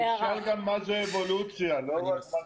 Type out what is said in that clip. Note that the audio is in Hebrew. חברת הכנסת